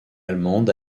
allemande